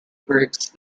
groups